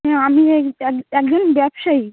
হ্যাঁ আমি এই এক একজন ব্যবসায়ী